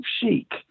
Chic